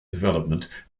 development